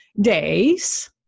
days